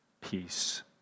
peace